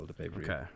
okay